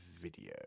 video